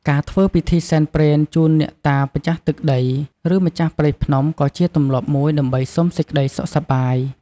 ការធ្វើពិធីសែនព្រេនជូនអ្នកតាម្ចាស់ទឹកដី ឬម្ចាស់ព្រៃភ្នំ ក៏ជាទម្លាប់មួយដើម្បីសុំសេចក្តីសុខសប្បាយ។